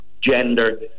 gender